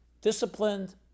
disciplined